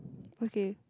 okay